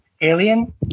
Alien